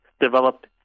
developed